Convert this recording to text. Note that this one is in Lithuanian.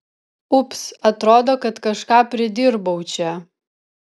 ups atrodo kad kažką pridirbau čia